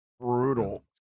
Brutal